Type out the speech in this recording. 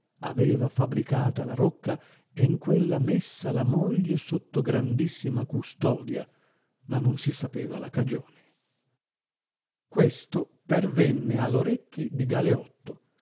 aveva fabricata la rocca e in quella messa la moglie sotto grandissima custodia ma non si sapeva la cagione questo pervenne all orecchi di galeotto